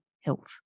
health